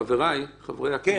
חבריי חברי הכנסת, רק רגע.